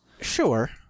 Sure